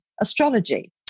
astrology